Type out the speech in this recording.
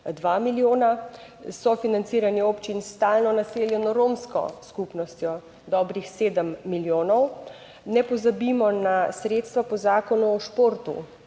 milijona. Sofinanciranje občin s stalno naseljeno romsko skupnostjo, dobrih sedem milijonov. In ne pozabimo na sredstva po Zakonu o športu.